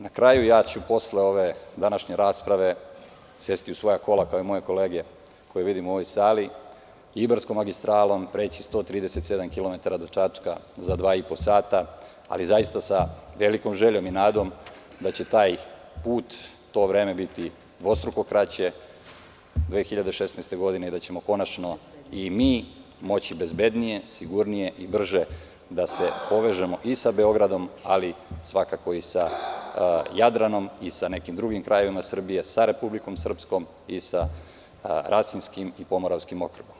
Na kraju ja ću posle ove današnje rasprave sesti u svoja kola kao i moje kolege koje vidim u ovoj sali Ibarskom magistralom preći 137 kilometara do Čačka za dva i po sata, ali zaista sa velikom željom i nadom da će taj put, to vreme biti dvostruko kraće 2016. godine, da ćemo konačno i mi moći bezbednije, sigurnije i brže da se povežemo i sa Beogradom, ali svakako i sa Jadranom i sa drugim krajevima Srbije sa Republikom srpskom i sa Rasinskim i Pomoravskim okrugom.